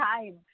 time